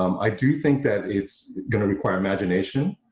um i do think that it's gonna require imagination,